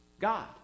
God